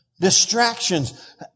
Distractions